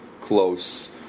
close